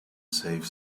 save